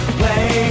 play